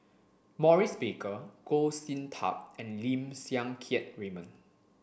Maurice Baker Goh Sin Tub and Lim Siang Keat Raymond